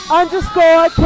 underscore